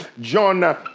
John